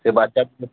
সে বাচ্চার ছো